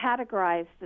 categorized